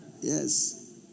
Yes